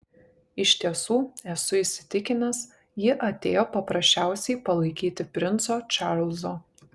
iš tiesų esu įsitikinęs ji atėjo paprasčiausiai palaikyti princo čarlzo